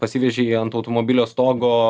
pasivežei ant automobilio stogo